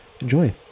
enjoy